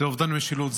זה אובדן משילות.